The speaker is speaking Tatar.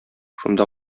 шунда